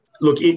look